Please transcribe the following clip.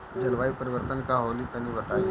जलवायु परिवर्तन का होला तनी बताई?